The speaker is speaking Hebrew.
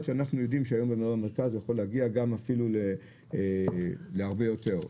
שאנחנו יודעים במרכז זה יכול להגיע עד אפילו להרבה יותר,